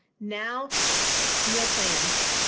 now meal plans.